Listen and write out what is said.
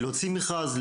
להוציא מכרז,